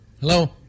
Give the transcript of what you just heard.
hello